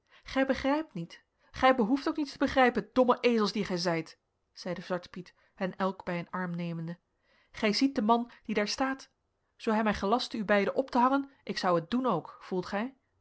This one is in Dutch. gij begrijpt niet gij behoeft ook niets te begrijpen domme ezels die gij zijt zeide zwarte piet hen elk bij een arm nemende gij ziet den man die daar staat zoo hij mij gelastte u beiden op te hangen ik zou het doen ook voelt gij